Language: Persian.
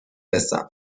رسم